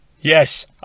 Yes